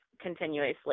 continuously